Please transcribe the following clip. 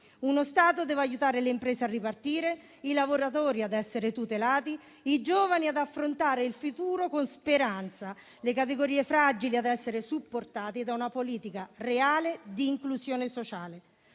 Uno Stato deve aiutare le imprese a ripartire, i lavoratori ad essere tutelati, i giovani ad affrontare il futuro con speranza, le categorie fragili ad essere supportate da una politica reale di inclusione sociale.